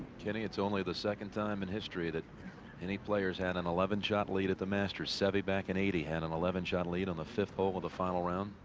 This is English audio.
kenny. it's only the second time in history that any players had an eleven shot lead at the masters. sevi back in eighty and eleven shot lead on the fifth hole with the final round.